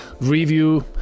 Review